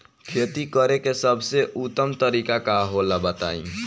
खेती करे के सबसे उत्तम तरीका का होला बताई?